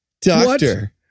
doctor